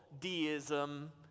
deism